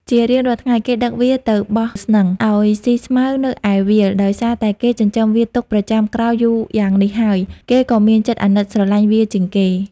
ជារៀងរាល់ថ្ងៃ គេដឹកវាទៅបោះស្នឹងឲ្យស៊ីស្មៅនៅឯវាល ដោយសារតែគេចិញ្ចឹមវាទុកប្រចាំក្រោលយូរយ៉ាងនេះហើយ គេក៏មានចិត្តអាណិតស្រឡាញ់វាជាងគេ។